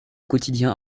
quotidiens